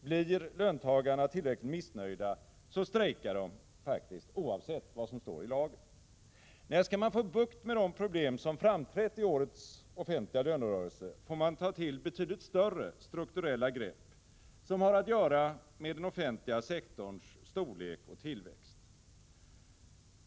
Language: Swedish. Blir löntagarna tillräckligt missnöjda, strejkar de faktiskt, oavsett vad som står i lagen. Nej, om man skall få bukt med de problem som framträtt i årets offentliga . lönerörelse, då får man ta till betydligt större strukturella grepp, som har att göra med den offentliga sektorns storlek och tillväxt.